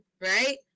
right